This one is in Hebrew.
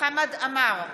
חמד עמאר,